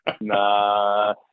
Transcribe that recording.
Nah